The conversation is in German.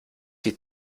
die